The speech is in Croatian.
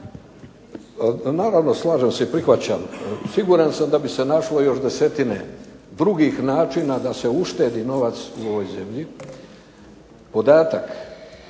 Naravno, slažem se i prihvaćam, sigurno sam da bi se našlo još desetine drugih načina da se uštedi novac u ovoj zemlji. Podatak